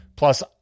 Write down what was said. Plus